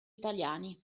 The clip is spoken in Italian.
italiani